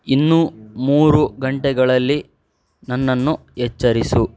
ಇನ್ನು ಮೂರು ಗಂಟೆಗಳಲ್ಲಿ ನನ್ನನ್ನು ಎಚ್ಚರಿಸು